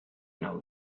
know